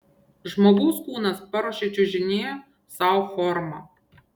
žmogaus kūnas paruošia čiužinyje sau formą